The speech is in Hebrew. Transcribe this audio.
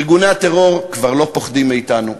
ארגוני הטרור כבר לא פוחדים מאתנו,